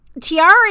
Tiara